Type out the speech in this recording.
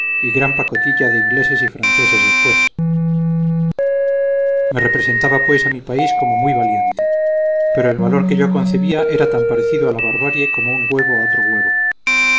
gran pacotilla de ingleses y franceses después me representaba pues a mi país como muy valiente pero el valor que yo concebía era tan parecido a la barbarie como un huevo a otro huevo